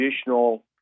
additional